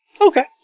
Okay